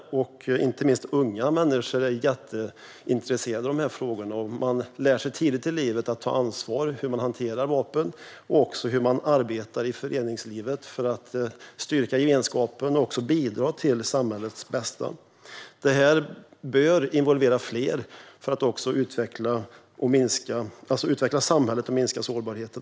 Inte minst unga människor är jätteintresserade av dessa frågor. Man lär sig tidigt i livet att ta ansvar för hur man hanterar vapen samt hur man arbetar i föreningslivet för att stärka gemenskapen och bidra till samhällets bästa. Detta bör involvera fler för att utveckla samhället och minska sårbarheten.